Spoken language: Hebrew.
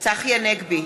צחי הנגבי,